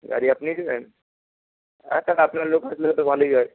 গাড়ি আপনিই দেবেন আচ্ছা তা আপনার লোক আসলে তো ভালোই হয়